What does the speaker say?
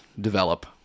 develop